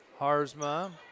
Harzma